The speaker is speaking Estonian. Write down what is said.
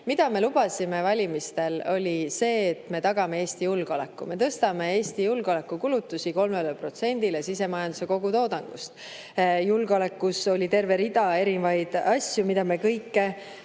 Mida me lubasime valimistel, oli see, et me tagame Eesti julgeoleku, me tõstame Eesti julgeolekukulutusi 3%‑le sisemajanduse kogutoodangust. Julgeoleku alal oli terve rida erinevaid asju, mida me kõike